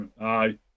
Aye